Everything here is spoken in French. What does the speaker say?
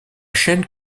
chaîne